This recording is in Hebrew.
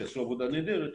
שעשו עבודה נהדרת,